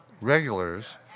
regulars